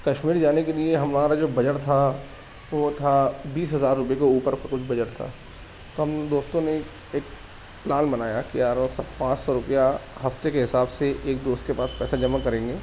کشمیر جانے کے لیے ہمارا جو بجٹ تھا وہ تھا بیس ہزار روپئے کے اوپر کا کچھ بجٹ تھا تو ہم دوستوں نے ایک پلان بنایا کہ یار اگر سب پانچ سو روپیہ ہفتے کے حساب سے ایک دوست کے پاس پیسے جمع کریں گے